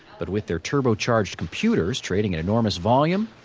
but with their turbocharged computers trading at enormous volume,